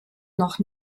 noch